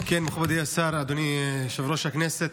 כבוד השר, אדוני יושב-ראש הכנסת,